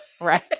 right